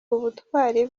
ubutwari